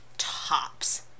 tops